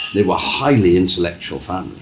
they were a highly intellectual family.